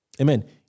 Amen